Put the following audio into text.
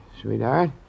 sweetheart